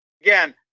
Again